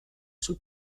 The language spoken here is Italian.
sul